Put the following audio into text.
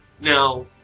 Now